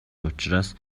учраас